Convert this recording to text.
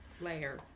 layer